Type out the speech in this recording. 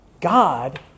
God